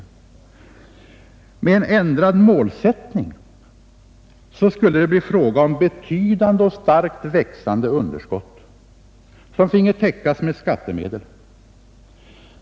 Med en ändrad målsättning skulle det bli fråga om betydande och starkt växande underskott, som finge täckas med skattemedel.